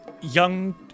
Young